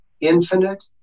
infinite